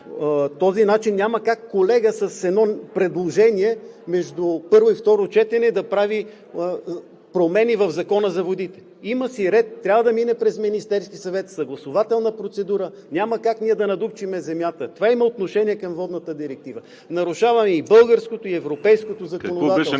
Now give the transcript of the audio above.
този начин няма как колега с едно предложение между първо и второ четене да прави промени в Закона за водите. Има си ред – трябва да мине през Министерския съвет, съгласувателна процедура, няма как ние да надупчим земята. Това има отношение към водната директива. Нарушаваме и българското, и европейското законодателство.